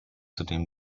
zudem